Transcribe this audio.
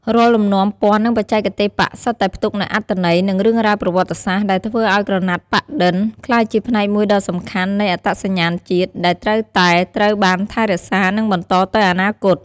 រាល់លំនាំពណ៌ និងបច្ចេកទេសប៉ាក់សុទ្ធតែផ្ទុកនូវអត្ថន័យ និងរឿងរ៉ាវប្រវត្តិសាស្ត្រ ដែលធ្វើឱ្យក្រណាត់ប៉ាក់-ឌិន ក្លាយជាផ្នែកមួយដ៏សំខាន់នៃ អត្តសញ្ញាណជាតិ ដែលត្រូវតែត្រូវបានថែរក្សា និងបន្តទៅអនាគត។